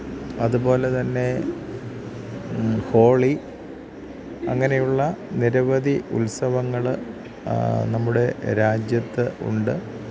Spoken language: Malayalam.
അതുപോലെതന്നെ ഹോളി അങ്ങനെയുള്ള നിരവധി ഉത്സവങ്ങള് നമ്മുടെ രാജ്യത്ത് ഉണ്ട്